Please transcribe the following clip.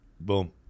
Boom